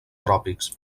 tròpics